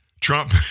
Trump